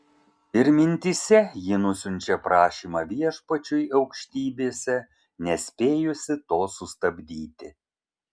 ir mintyse ji nusiunčia prašymą viešpačiui aukštybėse nespėjusi to sustabdyti